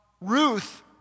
Ruth